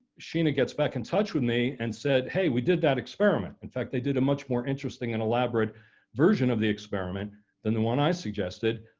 sheena gets back in touch with me and said, hey, we did that experiment. in fact, they did a much more interesting and elaborate version of the experiment than the one i suggested,